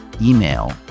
email